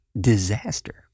Disaster